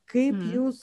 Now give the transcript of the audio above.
kaip jūs